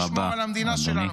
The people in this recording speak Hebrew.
ולשמור על המדינה שלנו.